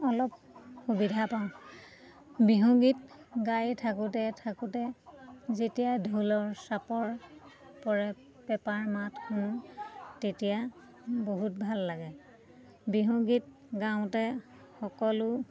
অলপ সুবিধা পাওঁ বিহুগীত গাই থাকোঁতে থাকোঁতে যেতিয়া ঢোলৰ চাপৰ পৰে পেঁপাৰ মাত শুনো তেতিয়া বহুত ভাল লাগে বিহুগীত গাওঁতে সকলো